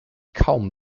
kaum